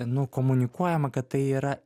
nu komunikuojama kad tai yra